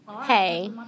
Hey